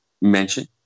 mention